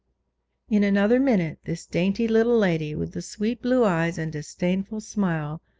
in another minute this dainty little lady, with the sweet blue eyes and disdainful smile,